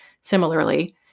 similarly